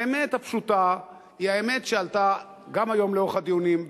האמת הפשוטה היא האמת שעלתה היום לאורך הדיונים,